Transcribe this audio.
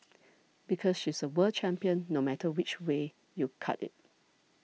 because she's a world champion no matter which way you cut it